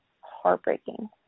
heartbreaking